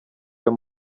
ayo